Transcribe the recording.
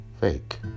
fake